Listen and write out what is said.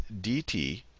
dt